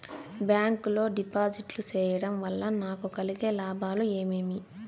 Bank లో డిపాజిట్లు సేయడం వల్ల నాకు కలిగే లాభాలు ఏమేమి?